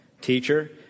Teacher